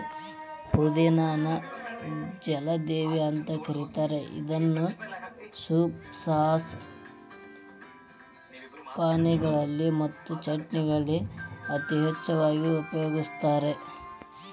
ಪುದಿನಾ ನ ಜಲದೇವಿ ಅಂತ ಕರೇತಾರ ಇದನ್ನ ಸೂಪ್, ಸಾಸ್, ಪಾನೇಯಗಳು ಮತ್ತು ಚಟ್ನಿಗಳಲ್ಲಿ ಯಥೇಚ್ಛವಾಗಿ ಉಪಯೋಗಸ್ತಾರ